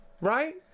Right